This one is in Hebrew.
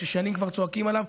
ששנים כבר צועקים עליו.